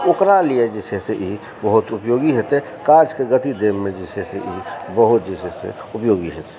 ओकरा लिए जे छै से ई बहुत उपयोगी हेतय काजके गति देबऽमे जे छै से ई बहुत जे छै से उपयोगी हेतै